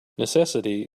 necessity